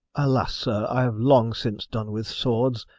alas, sir, i have long since done with swords,